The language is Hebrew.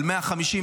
על 150,